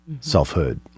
selfhood